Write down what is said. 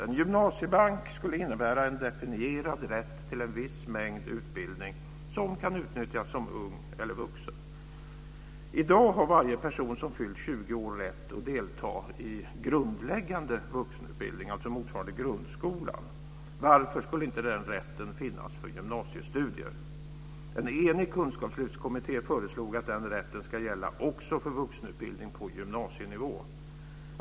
En gymnasiebank skulle innebära en definierad rätt till en viss mängd utbildning som kan utnyttjas som ung eller vuxen. Varje person som fyllt 20 år har i dag rätt att delta i grundläggande vuxenutbildning, alltså motsvarande grundskolan. Varför skulle inte den rätten finnas för gymnasiestudier? En enig kunskapslyftskommitté föreslog att den rätten ska gälla också för vuxenutbildning på gymnasienivå.